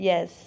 Yes